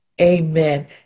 Amen